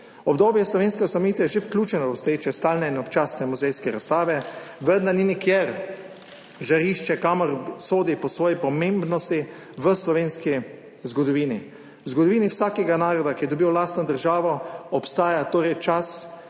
Obdobje slovenske osamosvojitve je že vključeno v obstoječe stalne in občasne muzejske razstave, vendar ni nikjer žarišče, kamor sodi po svoji pomembnosti v slovenski zgodovini. V zgodovini vsakega naroda, ki je dobil lastno državo, obstaja torej čas,